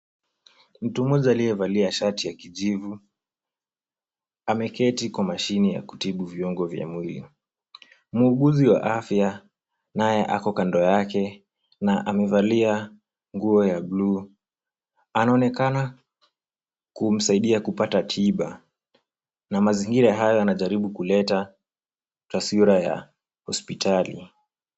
Mtu mmoja aliyevalia shati ya kijivu ameketi kwa mashine ya kutibu viungo vya mwili. Muuguzi wa afya naye ako kando yake na amevalia nguo ya bluu. Anaonekana kumsaidia kupata tiba na mazingira haya yanajaribu kuleta taswira ya hospitali.